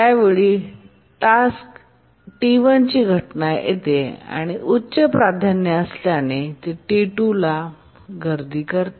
यावेळी टास्क T1ची घटना येते आणि उच्च प्राधान्य असल्याने ते T2 ला गर्दी करते